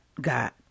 God